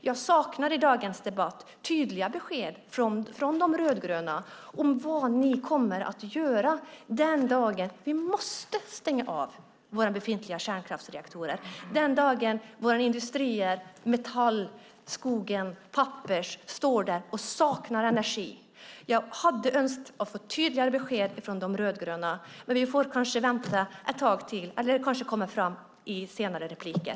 Jag saknar i dagens debatt tydliga besked från De rödgröna om vad ni kommer att göra den dag vi måste stänga av våra befintliga kärnkraftsreaktorer, den dag våra industrier inom metall, skog och papper står där och saknar energi. Jag hade önskat att få tydligare besked från De rödgröna, men vi får kanske vänta ett tag till - eller så kommer det fram i senare repliker.